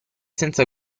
senza